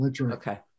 Okay